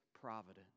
providence